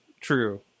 True